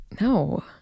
No